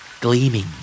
Gleaming